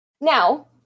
Now